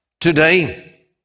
Today